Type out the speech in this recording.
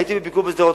הייתי בביקור בשדרות.